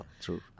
true